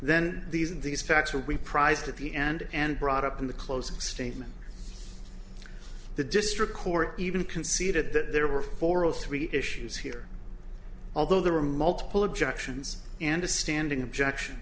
then these and these facts will be prised at the end and brought up in the closing statement the district court even conceded that there were four or three issues here although there were multiple objections and a standing objection